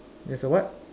there's a what